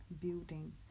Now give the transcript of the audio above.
building